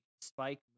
spike